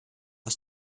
aus